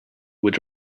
would